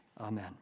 Amen